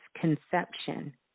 conception